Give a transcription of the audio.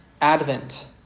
Advent